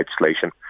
legislation